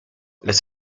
las